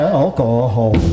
alcohol